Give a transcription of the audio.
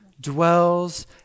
dwells